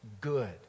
good